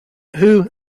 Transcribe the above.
who